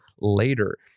later